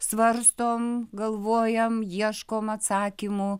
svarstom galvojam ieškom atsakymų